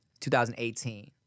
2018